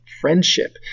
Friendship